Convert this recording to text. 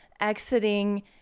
exiting